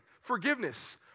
Forgiveness